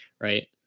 right